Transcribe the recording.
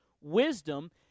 Wisdom